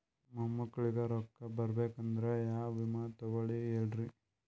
ಮೊಮ್ಮಕ್ಕಳಿಗ ರೊಕ್ಕ ಬರಬೇಕಂದ್ರ ಯಾ ವಿಮಾ ತೊಗೊಳಿ ಹೇಳ್ರಿ?